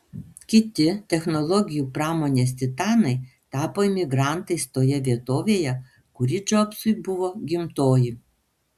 kiti technologijų pramonės titanai tapo imigrantais toje vietovėje kuri džobsui buvo gimtoji